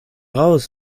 heraus